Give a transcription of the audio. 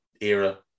era